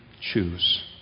choose